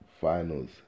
finals